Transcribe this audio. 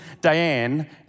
Diane